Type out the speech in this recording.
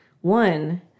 One